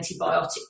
antibiotic